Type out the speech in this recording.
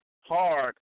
hard